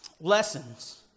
lessons